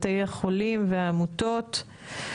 בתי החולים והעמותות.